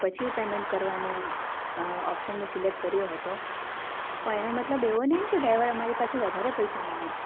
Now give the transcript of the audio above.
પછી પેમેન્ટ કરવાનું ઓપ્સન મેં સિલેકટ કર્યો હતો પણ એનો મતલબ એવો નહીં ને કે ડ્રાઈવર અમારી પાસે વધારે પૈસા માગે